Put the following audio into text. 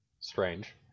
Strange